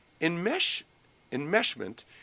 Enmeshment